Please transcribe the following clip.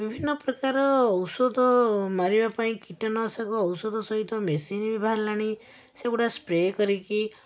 ବିଭିନ୍ନ ପ୍ରକାର ଔଷଧ ମାରିବାପାଇଁ କୀଟନାଶକ ଔଷଧ ସହିତ ମେସିନ୍ ବି ବାହାରିଲାଣି ସେଗୁଡ଼ା ସ୍ପ୍ରେ କରିକି